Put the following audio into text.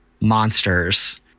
monsters